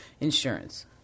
insurance